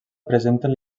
presenten